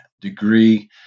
degree